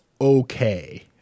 okay